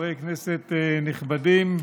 חברי הכנסת הנכבדים,